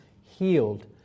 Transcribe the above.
healed